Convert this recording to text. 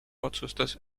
otsustas